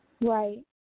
Right